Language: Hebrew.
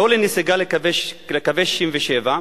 לא לנסיגה לקווי 67'